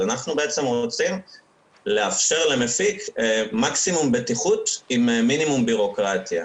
אנחנו בעצם רוצים לאפשר למפיק מקסימום בטיחות עם מינימום בירוקרטיה.